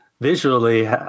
Visually